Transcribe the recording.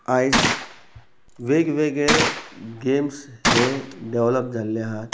आयज वेग वेगळे गेम्स हे डेववलप जाल्ले आहात